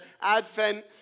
Advent